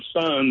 sons